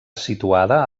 situada